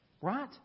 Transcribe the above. Right